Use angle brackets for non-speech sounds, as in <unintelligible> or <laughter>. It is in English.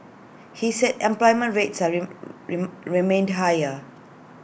he said employment rate <unintelligible> remained tire